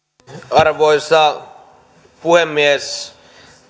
arvoisa puhemies